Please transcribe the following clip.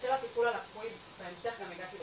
בשל התפקוד הלקוי בהמשך גם הגעתי לאישפוז.